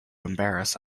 embarrass